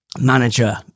Manager